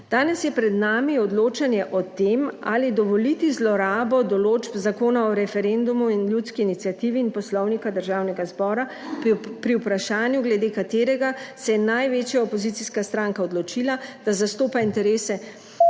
Danes je pred nami odločanje o tem, ali dovoliti zlorabo določb Zakona o referendumu in ljudski iniciativi in Poslovnika Državnega zbora pri vprašanju, glede katerega se je največja opozicijska stranka odločila, da zastopa interese